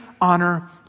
honor